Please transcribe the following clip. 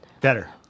Better